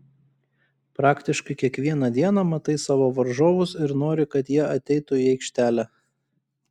praktiškai kiekvieną dieną matai savo varžovus ir nori kad jie ateitų į aikštelę